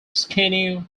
skinny